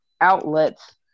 outlets